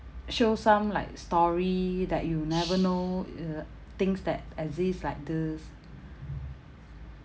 show some like story that you never know uh things that exist like this